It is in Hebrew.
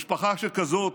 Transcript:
משפחה שכזאת,